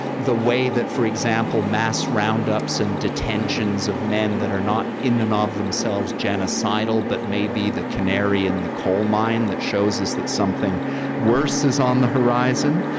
the way that, for example, mass roundups and detentions of men that are not in and of themselves genocidal but may be the canary in the coal mine that shows us that something worse is on the horizon.